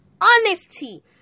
honesty